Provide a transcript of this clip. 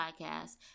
podcast